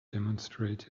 demonstrate